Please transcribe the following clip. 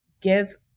give